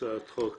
הצעת חוק